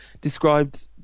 described